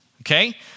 Okay